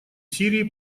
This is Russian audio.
сирии